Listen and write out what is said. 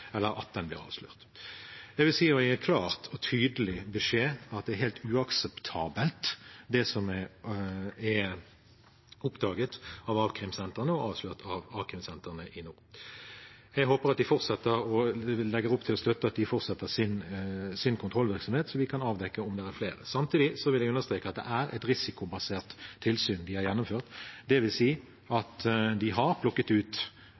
vil si å gi klart og tydelig beskjed om at det som er oppdaget og avslørt av a-krimsentrene i nord, er helt uakseptabelt. Jeg håper at de fortsetter, og vi legger opp til å støtte at de fortsetter sin kontrollvirksomhet så vi kan avdekke om det er flere. Samtidig vil jeg understreke at det er et risikobasert tilsyn de har gjennomført. Det vil si at de har plukket ut